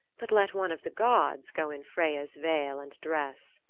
but let one of the gods go in freya's veil and dress.